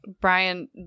Brian